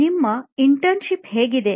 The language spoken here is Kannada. ನಿಮ್ಮ ಇಂಟರ್ನ್ಶಿಪ್ ಹೇಗಿದೆ